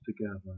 together